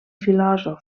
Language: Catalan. filòsof